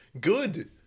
good